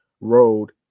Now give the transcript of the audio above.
Road